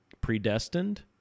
predestined